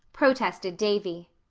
protested davy.